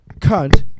cunt